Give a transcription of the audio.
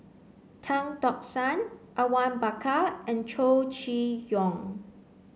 Tan Tock San Awang Bakar and Chow Chee Yong